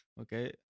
okay